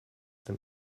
den